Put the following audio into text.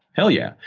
hell yeah.